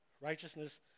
Righteousness